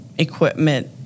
Equipment